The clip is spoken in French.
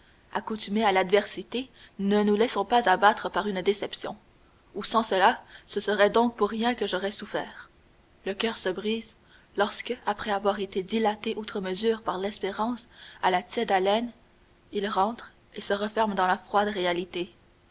accoutumé à l'adversité ne nous laissons pas abattre par une déception ou sans cela ce serait donc pour rien que j'aurais souffert le coeur se brise lorsque après avoir été dilaté outre mesure par l'espérance à la tiède haleine il rentre et se renferme dans la froide